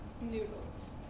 noodles